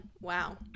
Wow